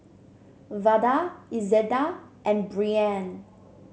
Vada Izetta and Brianne